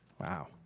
Wow